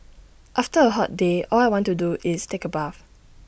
after A hot day all I want to do is take A bath